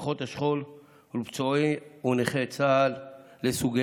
למשפחות השכול ולפצועי צה"ל ולנכי צה"ל לסוגיהם,